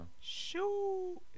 Shoo